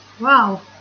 Wow